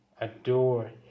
adore